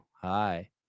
Hi